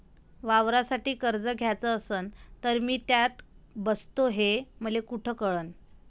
वावरासाठी कर्ज घ्याचं असन तर मी त्यात बसतो हे मले कुठ कळन?